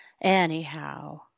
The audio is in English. anyhow